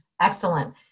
Excellent